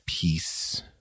peace